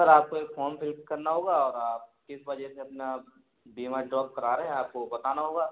sir आपको एक form fill करना होगा और आप किस वजह से अपना आप बीमा ड्रौप करा रहे हैं आपको वो बताना होगा